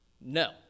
no